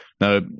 Now